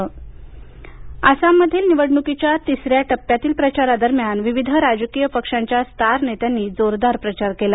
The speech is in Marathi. आसाम निवडणक आसाममधील निवडणूकीच्या तिसऱ्या टप्प्यातीलप्रचारा दरम्यान विविध राजकीय पक्षांच्या स्टार नेत्यांनी जोरदार प्रचार केला